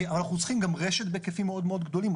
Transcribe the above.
אבל אנחנו צריכים גם רשת בהיקפים מאוד גדולים,